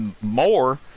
more